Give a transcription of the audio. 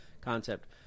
Concept